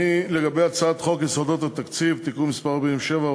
לגבי הצעת חוק יסודות התקציב (תיקון מס' 47,